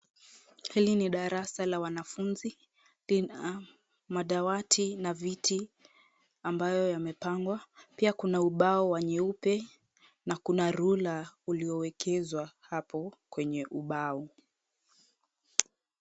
Hili ni darasa la wanafunzi, lina madawati na viti ambayo yamepangwa pia kuna ubao wa nyeupe na kuna ruler uliowekezwa hapo kwenye ubao.